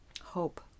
hope